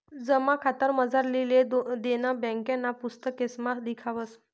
जमा खातामझारली लेन देन ब्यांकना पुस्तकेसमा लिखावस